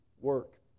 work